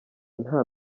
nta